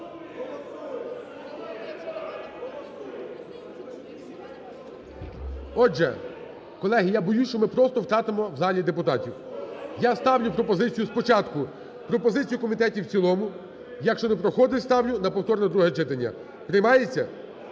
Отже, колеги, я боюсь, що ми просто втратимо в залі депутатів. Я ставлю пропозицію, спочатку пропозицію комітету – в цілому. Якщо не проходить, ставлю на повторне друге читання. Приймається?